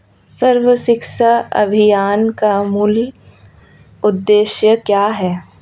सर्व शिक्षा अभियान का मूल उद्देश्य क्या है?